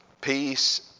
peace